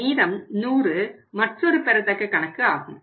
மீதம் 100 மற்றொரு பெறத்தக்க கணக்கு ஆகும்